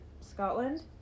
scotland